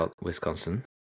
Wisconsin